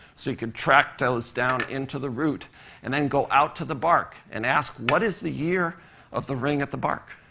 so you could track those down into the root and then go out to the bark and ask, what is the year of the ring at the bark,